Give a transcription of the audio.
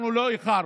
אנחנו לא איחרנו.